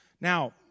Now